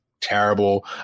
terrible